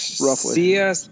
roughly